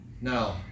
Now